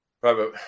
Private